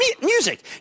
Music